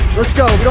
lets go